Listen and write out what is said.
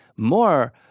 More